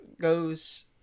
goes